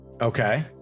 Okay